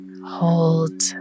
Hold